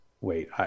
wait